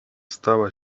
stała